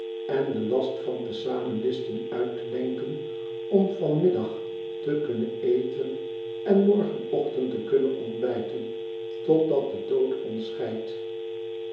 en den last van te zamen listen uit te denken om van middag te kunnen eten en morgenochtend te kunnen ontbijten totdat de dood ons